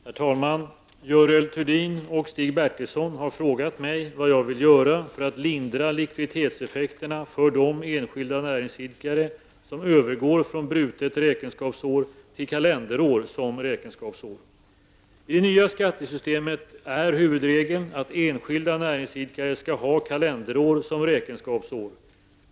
Herr talman! Görel Thurdin och Stig Bertilsson har frågat mig vad jag vill göra för att lindra likviditetseffekterna för de enskilda näringsidkare som övergår från brutet räkenskapsår till kalenderår som räkenskapsår. I det nya skattesystemet är huvudregeln att enskilda näringsidkare skall ha kalenderår som räkenskapsår.